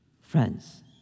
Friends